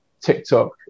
TikTok